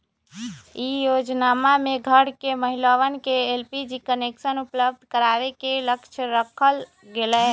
ई योजनमा में घर घर के महिलवन के एलपीजी कनेक्शन उपलब्ध करावे के लक्ष्य रखल गैले